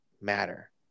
matter